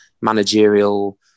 managerial